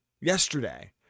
yesterday